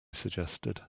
suggested